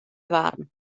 farn